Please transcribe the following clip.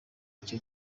icyo